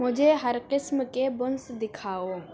مجھے ہر قسم کے بنس دکھاؤ